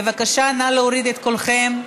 בבקשה, נא להוריד את קולכם.